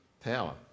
Power